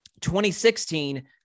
2016